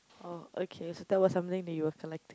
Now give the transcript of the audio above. oh okay so that was something that you were collecting